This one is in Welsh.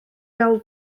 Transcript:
fel